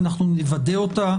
ואנחנו נוודא אותה,